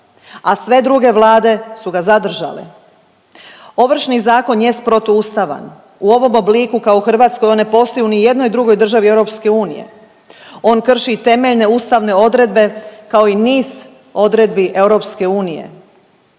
a sve druge vlade su ga zadržale. Ovršni zakon jest protuustavan. U ovom obliku kao u Hrvatskoj on ne postoji u ni jednoj drugoj državi EU. On krši temeljne ustavne odredbe kao i niz odredbi EU.